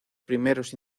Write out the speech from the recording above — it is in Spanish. primeros